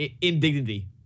indignity